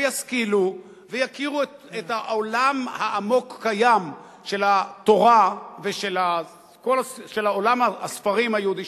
וישכילו ויכירו את העולם העמוק הקיים של התורה ושל עולם הספרים היהודי,